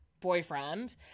boyfriend